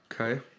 okay